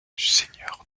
seigneur